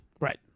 Right